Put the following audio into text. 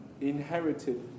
inherited